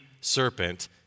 serpent